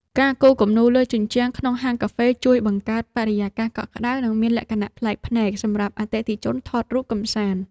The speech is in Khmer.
ការគូរគំនូរលើជញ្ជាំងក្នុងហាងកាហ្វេជួយបង្កើតបរិយាកាសកក់ក្ដៅ និងមានលក្ខណៈប្លែកភ្នែកសម្រាប់អតិថិជនថតរូបកម្សាន្ត។